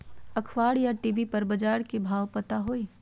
अखबार या टी.वी पर बजार के भाव पता होई?